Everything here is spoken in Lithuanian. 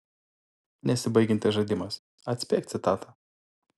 nesibaigiantis žaidimas atspėk citatą